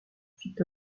fit